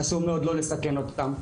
חשוב מאוד לא לסכן אותם.